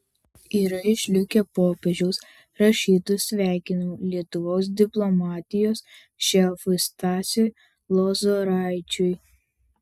yra išlikę popiežiaus rašytų sveikinimų lietuvos diplomatijos šefui stasiui lozoraičiui